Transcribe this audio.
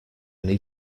need